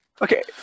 Okay